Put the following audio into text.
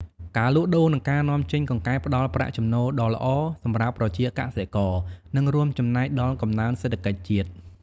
ការលក់ដូរ និងការនាំចេញកង្កែបផ្តល់ប្រាក់ចំណូលដ៏ល្អសម្រាប់ប្រជាកសិករ និងរួមចំណែកដល់កំណើនសេដ្ឋកិច្ចជាតិ។